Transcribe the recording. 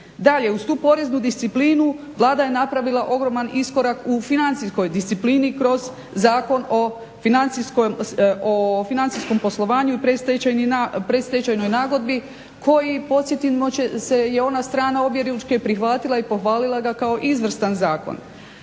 Dalje, uz tu poreznu disciplinu Vlada je napravila ogroman iskorak u financijskoj disciplini kroz Zakon o financijskom poslovanju i predstečajnoj nagodbi koji podsjetimo će se, je ona strana objeručke prihvatila i pohvalila ga kao izvrstan zakon.